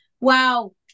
wow